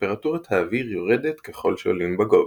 טמפרטורת האוויר יורדת ככל שעולים בגובה.